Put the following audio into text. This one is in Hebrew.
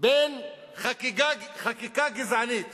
בין חקיקה גזענית